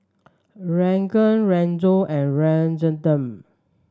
Ranga Rajat and Rajaratnam